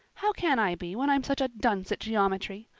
how can i be, when i'm such a dunce at geometry?